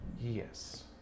Yes